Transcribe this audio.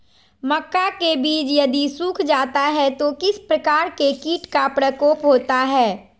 मक्का के बिज यदि सुख जाता है तो किस प्रकार के कीट का प्रकोप होता है?